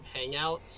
hangouts